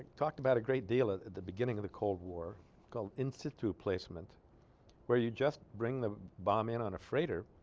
talked about a great deal at the beginning of the cold war called institute placement where you just bring the bomb in on a freighter